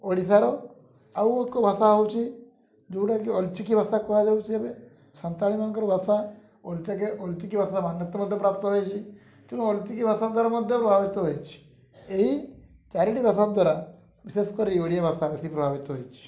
ଓଡ଼ିଶାର ଆଉ ଏକ ଭାଷା ହେଉଛି ଯୋଉଟାକି ଅଲ୍ଥିକି ଭାଷା କୁହାଯାଉଛି ଏବେ ସାନ୍ତାଳୀମାନଙ୍କର ଭାଷା ଅଲ୍ଥିକି ଭାଷା ମାନ୍ୟତା ମଧ୍ୟ ପ୍ରାପ୍ତ ହେଇଛି ତେଣୁ ଅଲ୍ଥିକି ଭାଷା ଦ୍ୱାରା ମଧ୍ୟ ପ୍ରଭାବିତ ହୋଇଛି ଏହି ଚାରିଟି ଭାଷା ଦ୍ୱାରା ବିଶେଷ କରି ଓଡ଼ିଆ ଭାଷା ବେଶୀ ପ୍ରଭାବିତ ହୋଇଛି